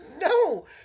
No